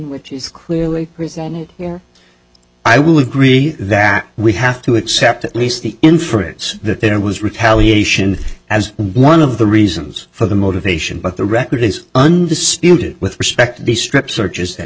which is clearly presented here i will agree that we have to accept at least the inference that there was retaliation as one of the reasons for the motivation but the record is undisputed with respect to the strip searches that